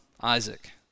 Isaac